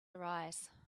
arise